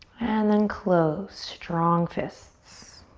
and then close, strong fists.